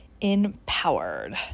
empowered